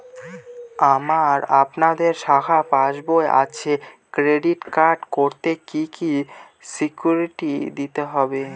আমার আপনাদের শাখায় পাসবই আছে ক্রেডিট কার্ড করতে কি কি সিকিউরিটি দিতে হবে?